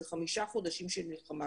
זה חמישה חודשים של מלחמה.